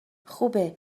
خوبه